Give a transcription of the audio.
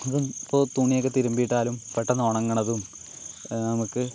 ഇപ്പോൾ തുണിയൊക്കെ തിരുമ്മി ഇട്ടാലും പെട്ടെന്ന് ഉണങ്ങണതും നമുക്ക്